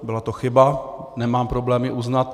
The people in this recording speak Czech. Byla to chyba, nemám problém ji uznat.